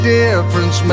difference